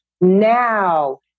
now